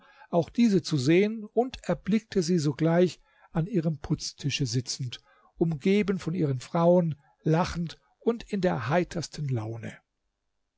auch diese zu sehen und erblickte sie sogleich an ihrem putztische sitzend umgeben von ihren frauen lachend und in der heitersten laune